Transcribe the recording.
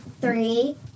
three